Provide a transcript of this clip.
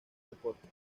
deporte